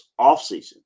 offseason